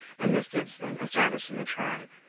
and this gives them a status in the tribe.